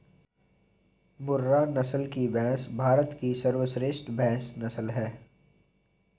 मुर्रा नस्ल की भैंस भारत की सर्वश्रेष्ठ भैंस नस्ल है